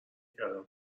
کردم